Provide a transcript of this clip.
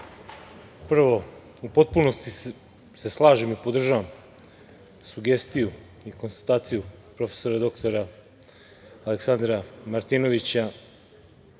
prvo, u potpunosti se slažem i podržavam sugestiju i konstataciju prof. dr Aleksandra Martinovića